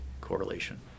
correlation